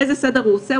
איזה סדר הוא עושה?